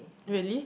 really